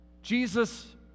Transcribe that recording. Jesus